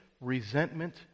resentment